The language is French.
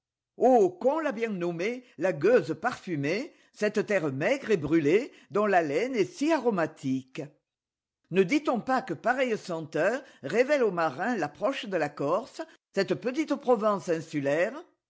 oh qu'on l'a bien nommée la gueuse parfumée cette terre maigre et brûlée dont l'haleine est si aromatique ne dit-on pas que pareille senteur révèle aux marins l'approche de la corse cette petite provence insulaire